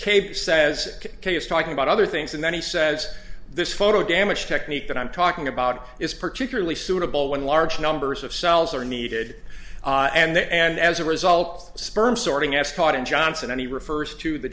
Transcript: says talking about other things and then he says this photo damage technique that i'm talking about is particularly suitable when large numbers of cells are needed and and as a result sperm sorting as taught in johnson and he refers to the